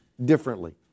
Differently